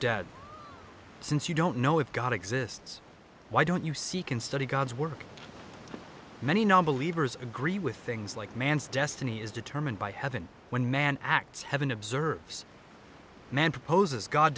dess since you don't know if god exists why don't you see can study god's work many nonbelievers agree with things like man's destiny is determined by heaven when man acts heaven observes man proposes god